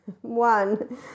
one